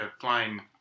flying